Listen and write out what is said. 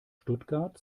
stuttgart